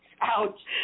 Ouch